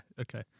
okay